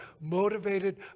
motivated